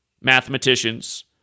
mathematicians